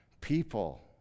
People